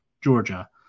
Georgia